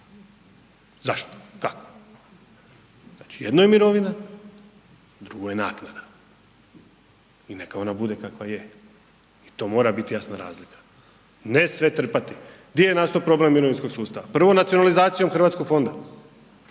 Zašto, kako? Znači jedno je mirovina, drugo je naknada i neka ona bude kakva je i to mora biti jasna razlika. Ne sve trpati. Gdje je nastao problem mirovinskog sustava? Prvo nacionalizacijom HZMO-a,